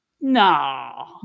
no